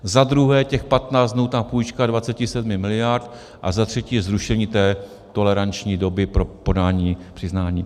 Za druhé, těch 15 dnů, ta půjčka 27 miliard, a za třetí je zrušení té toleranční doby pro podání přiznání.